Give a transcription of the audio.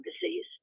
disease